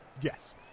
Yes